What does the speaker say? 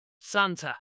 Santa